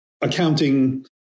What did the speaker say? accounting